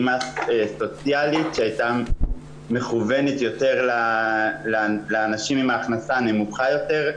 פעימה סוציאלית שהייתה מכוונת יותר לאנשים עם ההכנסה הנמוכה יותר,